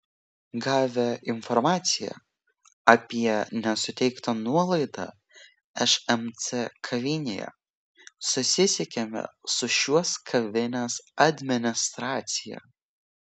gavę informaciją apie nesuteiktą nuolaidą šmc kavinėje susisiekėme su šios kavinės administracija